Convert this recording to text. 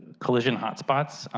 collision hotspots,